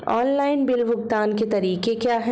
Online bill भुगतान के तरीके क्या हैं?